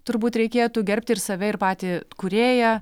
turbūt reikėtų gerbti ir save ir patį kūrėją